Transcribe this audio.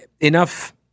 enough